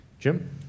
Jim